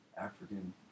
African